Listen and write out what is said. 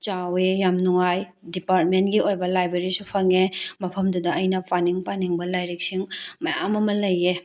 ꯆꯥꯎꯋꯦ ꯌꯥꯝ ꯅꯨꯡꯉꯥꯏ ꯗꯤꯄꯥꯔꯠꯃꯦꯟꯒꯤ ꯑꯣꯏꯕ ꯂꯥꯏꯕ꯭ꯔꯦꯔꯤꯁꯨ ꯐꯪꯉꯦ ꯃꯐꯝꯗꯨꯗ ꯑꯩꯅ ꯄꯥꯅꯤꯡ ꯄꯥꯅꯤꯡꯕ ꯂꯥꯏꯔꯤꯛꯁꯤꯡ ꯃꯌꯥꯝ ꯑꯃ ꯂꯩꯌꯦ